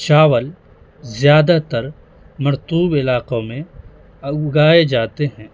چاول زیادہ تر مرطوب علاقوں میں اگائے جاتے ہیں